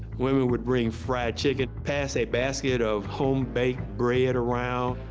women would bring fried chicken, pass a basket of home-baked bread around.